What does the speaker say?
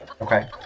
Okay